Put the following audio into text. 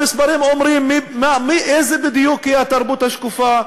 המספרים אומרים איזו בדיוק היא התרבות השקופה,